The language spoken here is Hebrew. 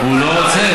הוא לא רוצה.